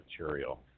material